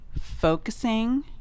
focusing